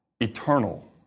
eternal